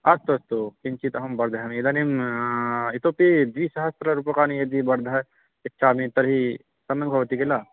अस्तु अस्तु किञ्चित् अहं वर्धयामि इदनीं इतोपि द्विसहस्ररूप्यकाणि यदि वर्ध यच्चामि तर्हि सम्यक् भवति किल